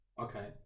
Okay